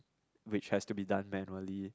which has to be done manually